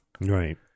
Right